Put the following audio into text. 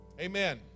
Amen